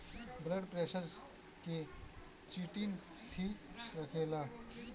blood pressure के चिटिन ठीक रखेला